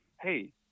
Hey